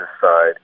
side